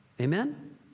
Amen